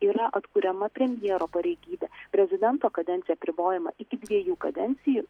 yra atkuriama premjero pareigybė prezidento kadencija apribojama iki dviejų kadencijų